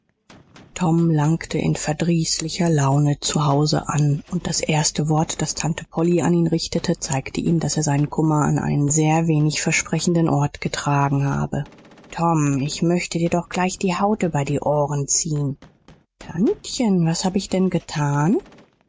tom langte in verdrießlichster laune zu hause an und das erste wort das tante polly an ihn richtete zeigte ihm daß er seinen kummer an einen sehr wenig versprechenden ort getragen habe tom ich möchte dir doch gleich die haut über die ohren ziehn tantchen was hab ich denn getan